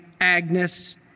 Agnes